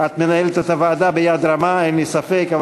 את מנהלת את הוועדה ביד רמה, אין לי ספק.